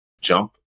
jump